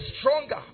stronger